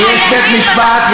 ויש בית-משפט,